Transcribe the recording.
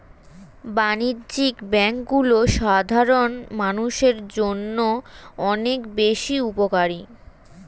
বাণিজ্যিক ব্যাংকগুলো সাধারণ মানুষের জন্য অনেক বেশি উপকারী